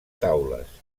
taules